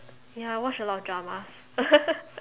ya I watch a lot of dramas